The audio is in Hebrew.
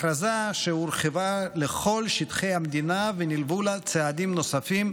הכרזה שהורחבה לכל שטחי המדינה ונלוו לה על צעדים נוספים,